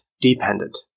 dependent